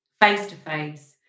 face-to-face